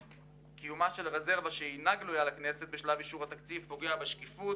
קיומה של רזרבה שאינה גלויה לכנסת בשלב אישור תקציב המדינה פוגע בשקיפות